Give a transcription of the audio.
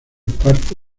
parte